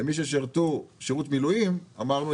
למי ששירתו שירות מילואים אמרנו,